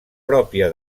pròpia